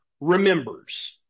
remembers